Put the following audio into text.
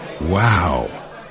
Wow